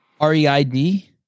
R-E-I-D